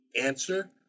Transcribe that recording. answer